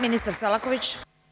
Ministar Selaković.